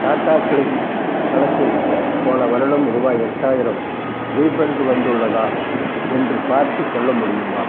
Tata click கணக்கில் போன வருடம் ரூபாய் எட்டாயிரம் ரீஃபண்ட் வந்துள்ளதா என்று பார்த்து சொல்ல முடியுமா